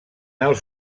els